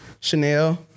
Chanel